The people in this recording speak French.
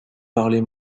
parlez